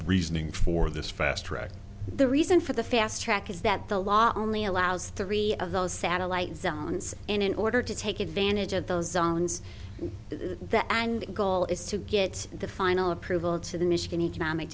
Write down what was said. reasoning for this fast track the reason for the fast track is that the law only allows three of those satellite zones in order to take advantage of those zones the and goal is to get the final approval to the michigan economic